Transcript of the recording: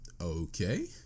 Okay